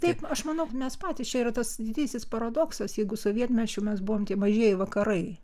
taip aš manau mes patys čia yra tas didysis paradoksas jeigu sovietmečiu mes buvome tie mažieji vakarai